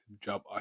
job